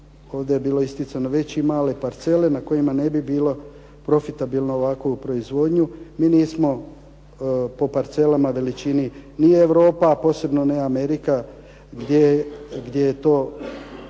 ovdje je bilo isticano, veće i male parcele na kojima ne bi bilo profitabilno ovakvu proizvodnju. Mi nismo po parcelama, veličini ni Europa a posebno ne Amerika gdje je to